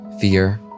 fear